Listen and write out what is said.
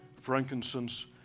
frankincense